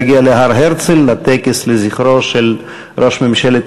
להגיע להר-הרצל לטקס לזכרו של ראש ממשלת